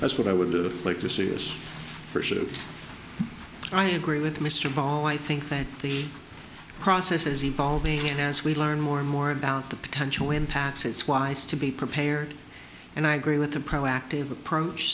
guess what i would like to see is for sure i agree with mr ball i think that the process is evolving and as we learn more and more about the potential impacts it's wise to be prepared and i agree with a proactive approach